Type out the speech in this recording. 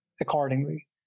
accordingly